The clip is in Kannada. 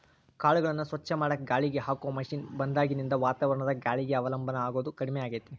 ಕಾಳುಗಳನ್ನ ಸ್ವಚ್ಛ ಮಾಡಾಕ ಗಾಳಿಗೆ ಹಾಕೋ ಮಷೇನ್ ಬಂದಾಗಿನಿಂದ ವಾತಾವರಣದ ಗಾಳಿಗೆ ಅವಲಂಬನ ಆಗೋದು ಕಡಿಮೆ ಆಗೇತಿ